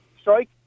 strike